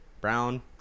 Brown